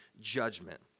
judgment